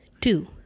two